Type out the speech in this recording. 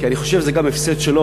כי אני חושב שזה גם הפסד שלו.